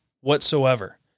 whatsoever